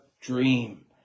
dream